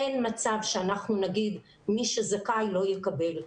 אין מצב שאנחנו נגיד שמי שזכאי לא יקבל.